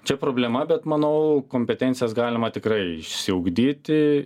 čia problema bet manau kompetencijas galima tikrai išsiugdyti